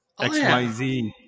xyz